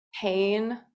pain